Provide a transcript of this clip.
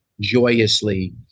joyously